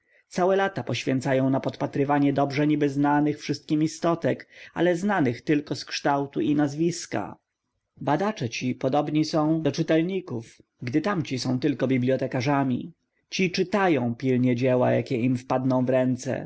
całe lata poświęcają na podpatrywanie dobrze niby znanych wszystkim istotek ale znanych tylko z kształtu i nazwiska badacze ci podobni są do czytelników gdy tamci są tylko bibliotekarzami ci czytają pilnie dzieła jakie im wpadną w ręce